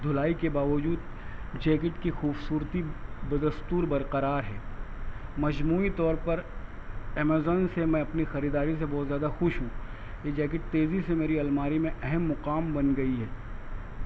دھلائی کے باوجود جیکٹ کی خوبصورتی بدستور برقرار ہے مجموعی طور پر امیزون سے میں اپنی خریداری سے بہت زیادہ خوش ہوں یہ جیکٹ تیزی سے میری الماری میں اہم مقام بن گئی ہے